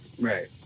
Right